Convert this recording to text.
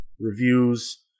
reviews